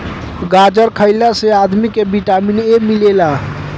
गाजर खइला से आदमी के विटामिन ए मिलेला